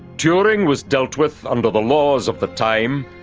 turing was dealt with under the laws of the time,